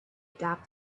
adapt